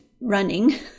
running